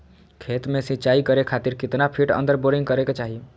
खेत में सिंचाई करे खातिर कितना फिट अंदर बोरिंग करे के चाही?